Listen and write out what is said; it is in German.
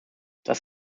das